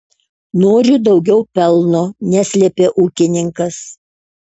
noriu daugiau pelno neslėpė ūkininkas